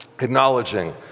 acknowledging